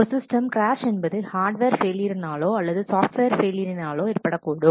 ஒரு system crash என்பது hardware ஃபெயிலியரினாலோ அல்லது சாப்ட்வேர் ஃபெயிலியரினாலோ ஏற்படக்கூடும்